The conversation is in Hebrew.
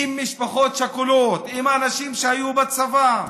עם משפחות שכולות, עם האנשים שהיו בצבא,